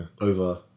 over